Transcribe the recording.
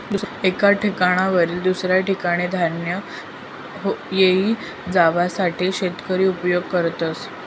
एक ठिकाणवरीन दुसऱ्या ठिकाने धान्य घेई जावासाठे शेतकरी उपयोग करस